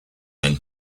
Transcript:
then